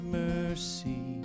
mercy